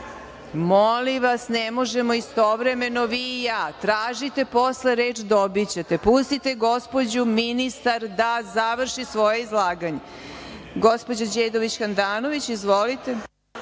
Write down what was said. vas, ne možemo istovremeno vi i ja. Tražite posle reč, dobićete. Pustite gospođu ministar da završi svoje izlaganje. Gospođo Đedović Handanović, izvolite.